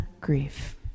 grief